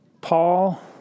Paul